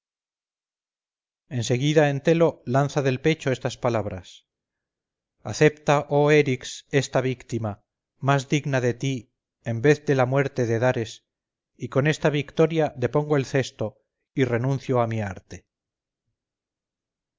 en seguida entelo lanza del pecho estas palabras acepta oh érix esta víctima más digna de ti en vez de la muerte de dares y con esta victoria depongo el cesto y renuncio a mi arte